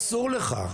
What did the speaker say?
אסור לך.